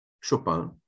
Chopin